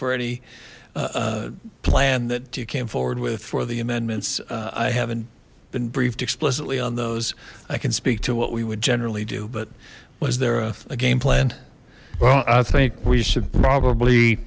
confer any plan that you came forward with for the amendments i haven't been briefed explicitly on those i can speak to what we would generally do but was there a game plan well i think we should probably